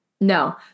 no